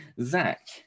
Zach